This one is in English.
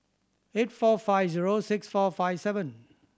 eight four five zero six four five seven